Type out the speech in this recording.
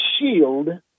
shield